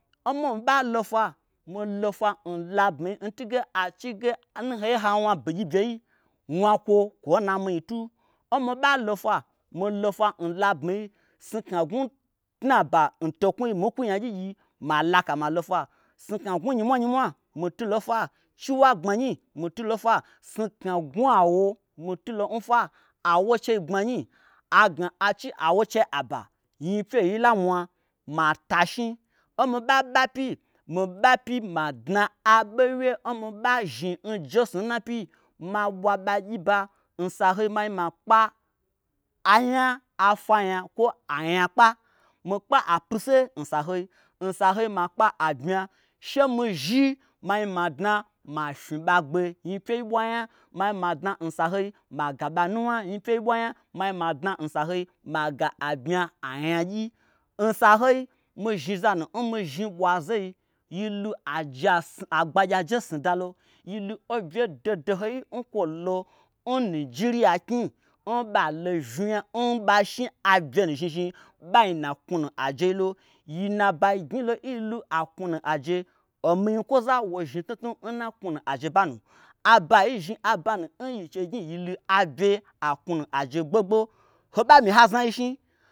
N mii ɓalo fwa milo fwa n labmi yinu n tunge ai chige n hoye ha wna bigyi byei wna kwo kwoi n na mii tu n mii ɓei ɓa lo fwa mi lofwa n labmiyi snukna gnwu tnaba nto knwui mii kwu nyagyigyi ma laka ma lofwa snukna gnwu nyimwanyimwa mi tulo nfwa chiwagbmanyi mi tulo nfwa snukna gnwu awo mitulo nfwa awo n chei gbmanyi agna achi awo n chei aba nyi pyei lamwa ma ta shni n mi ɓaɓa pyi mi ɓe apyi ma dna aɓo wye n mi ɓa zhni njesnu n na pyi ma ɓwa ɓa gyi ɓa n soho sohoi ma. zhni ma kpa anya afwa nya kwo anya kpa, mi kpa apise n saho sahoi ma kpa abmya shemi zhi ma zhni ma dna mafnyi ɓa gbe nyi pyei ɓwa nya ma zhni ma dna n sa hoi ma gaɓa nuwna nyi pyei ɓwa nya ma zhni ma dna ma ga abmya anya gyi n saho sahoi mi zhni oza nu n mizhni ɓwazei yilu agbagyia je snudalo yilu obye doho dohoi nkwolo n nijiriya knyi n ɓalo vnya n ɓa shni abye nuzhni zhni ɓain nna aknwunu'ajeilo lo mii n naɓai gnyilo n yilu aknwunu aje ominyikwoza wo zhni tnutnu n na aknwunu aje ɓa nu, abayi zhni abanu n yi chei gnyi yi lu abye aknwunu aje gbogbo hoɓa myi ha znayi shni.